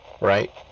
right